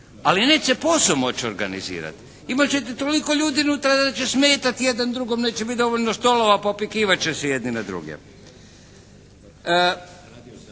Ali neće se posao moći organizirati. Imat ćete toliko ljudi unutra da će smetati jedan drugom, neće biti dovoljno stolova, popikivat će se jedni na druge.